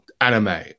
anime